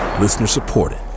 Listener-supported